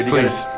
Please